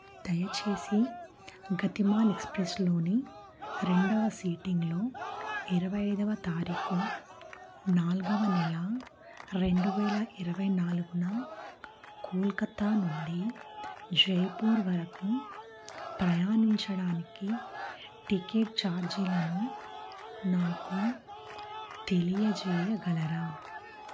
దయచేసి గతిమాన్ ఎక్స్ప్రెస్లోని రెండవ సీటింగ్లో ఇరవై ఐదవ తారీఖు నాలుగవ నెల రెండు వేల ఇరవై నాలుగున కోల్కతా నుండి జైపూర్ వరకు ప్రయాణించడానికి టికెట్ ఛార్జీలను నాకు తెలియజేయగలరా